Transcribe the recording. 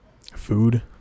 food